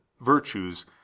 virtues